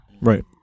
right